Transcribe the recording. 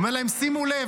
הוא אומר להם: שימו לב,